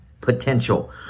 potential